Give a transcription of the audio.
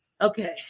Okay